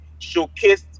showcased